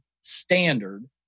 standard